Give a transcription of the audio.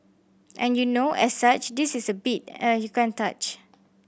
and you know as such this is a beat uh you can't touch